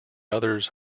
others